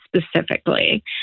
specifically